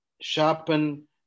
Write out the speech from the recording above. sharpen